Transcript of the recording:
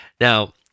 Now